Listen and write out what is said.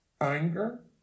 anger